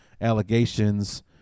allegations